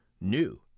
new